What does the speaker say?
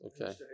Okay